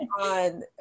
on